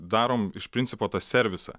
darom iš principo tą servisą